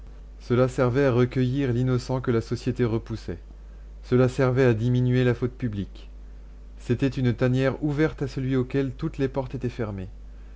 cela servait à recueillir l'innocent que la société repoussait cela servait à diminuer la faute publique c'était une tanière ouverte à celui auquel toutes les portes étaient fermées